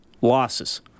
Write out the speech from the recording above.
losses